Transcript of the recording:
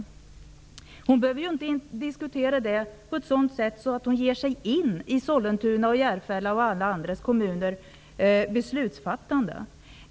Skolministern behöver ju inte diskutera frågan på ett sådant sätt att hon lägger sig i Sollentunas, Järfällas och alla andra kommuners beslutsfattande.